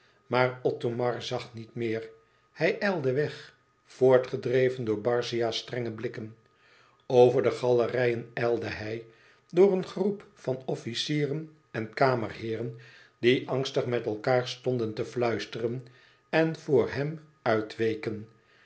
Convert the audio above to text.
maar othomar zag niet meer hij ijlde weg voortgedreven door barzia's strenge blikken over de galerijen ijlde hij door een groep van officieren en kamerheeren die angstig met elkaâr stonden te fluisteren en voor hem uitde